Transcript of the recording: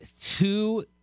Two